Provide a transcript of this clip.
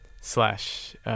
slash